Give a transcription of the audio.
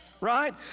right